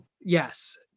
Yes